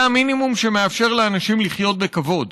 זה המינימום שמאפשר לאנשים לחיות בכבוד.